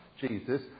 Jesus